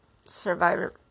Survivor